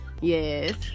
Yes